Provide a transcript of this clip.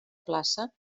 plaça